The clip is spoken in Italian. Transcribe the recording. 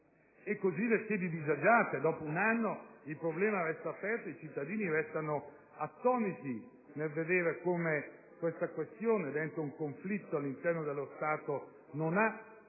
per le sedi disagiate: dopo un anno il problema è ancora aperto ed i cittadini restano attoniti nel vedere come tale questione, con un conflitto all'interno dello Stato, non ha